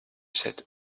sept